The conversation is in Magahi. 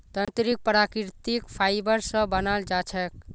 तंत्रीक प्राकृतिक फाइबर स बनाल जा छेक